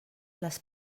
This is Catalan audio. les